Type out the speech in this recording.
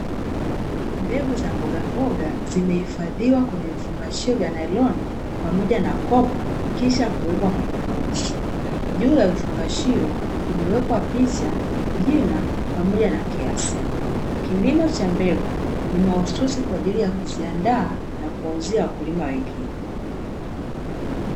Mbegu za mbogamboga zimehifadhiwa kwenye vifungashio vya nailoni, pamoja na kopo, kisha kuwekwa kwenye maboksi, juu ya vifungashio kumewekwa picha, jina, pamoja na kiasi. Kilimo cha mbegu ni mahususi kwa ajili ya kuziandaa na kuwauzia wakulima wengine.